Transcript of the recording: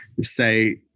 say